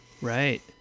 Right